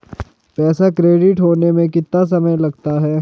पैसा क्रेडिट होने में कितना समय लगता है?